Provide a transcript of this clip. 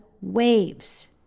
waves